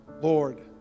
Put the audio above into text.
Lord